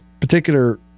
particular